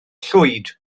llwyd